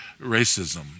racism